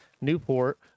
Newport